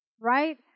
Right